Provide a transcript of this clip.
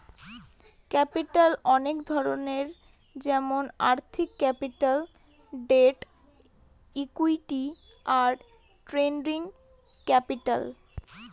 capital অনেক ধরনের যেমন আর্থিক ক্যাপিটাল, ডেট, ইকুইটি, আর ট্রেডিং ক্যাপিটাল